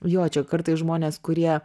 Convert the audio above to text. jo čia kartais žmonės kurie